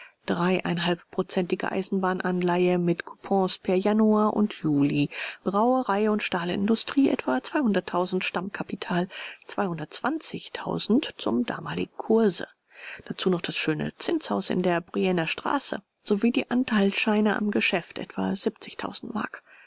dreieinhalbprozentige eisenbahnanleihe mit coupons per januar und juli brauerei und stahl industrie etwa zweihunderttausend stammkapital zweihundertzwanzigtausend zum damaligen kurse dazu noch das schöne zinshaus in der briennerstraße sowie die anteilscheine am geschäft etwa siebzigtausend mark